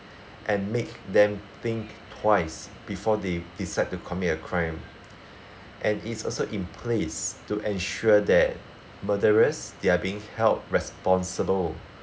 and make them think twice before they decide to commit a crime and it is also in place to ensure that murderers they're being held responsible